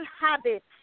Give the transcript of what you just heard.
habits